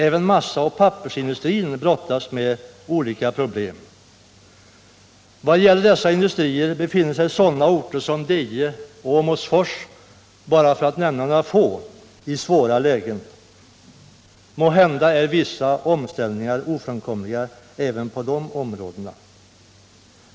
Även massaoch pappersindustrin brottas med problem. Vad beträffar dessa industrier befinner sig sådana orter som Deje och Åmotfors — för att bara nämna några - i svåra lägen. Måhända är vissa omställningar ofrånkomliga även på dessa områden.